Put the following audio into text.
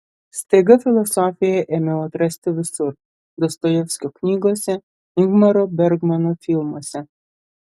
staiga filosofiją ėmiau atrasti visur dostojevskio knygose ingmaro bergmano filmuose